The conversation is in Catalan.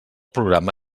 programa